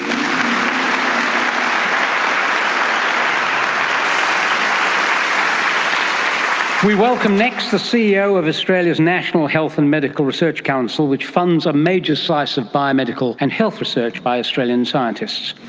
um we welcome next the ceo of australia's national health and medical research council which funds a major slice of biomedical and health research by australian scientists.